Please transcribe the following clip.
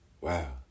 Wow